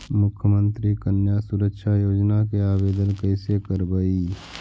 मुख्यमंत्री कन्या सुरक्षा योजना के आवेदन कैसे करबइ?